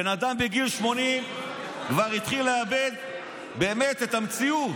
בן אדם בגיל 80 כבר באמת התחיל לאבד את המציאות,